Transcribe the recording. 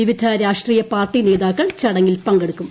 വിവിധ രാഷ്ട്രീയ പാർട്ടി നേതാക്കൾ ചടങ്ങിൽ പങ്കെടുക്കും